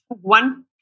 one